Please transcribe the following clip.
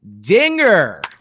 dinger